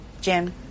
Jim